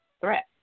threat